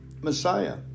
Messiah